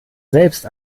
selbst